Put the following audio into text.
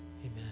Amen